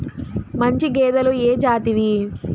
మంచి గేదెలు ఏ జాతివి?